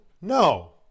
No